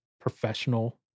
professional